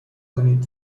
کنید